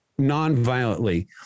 nonviolently